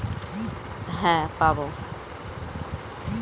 আমাদের দেশে পড়ুয়াদের শিক্ষা আর উচ্চশিক্ষার জন্য অনেক রকম লোন পাবো